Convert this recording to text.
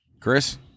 Chris